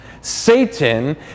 Satan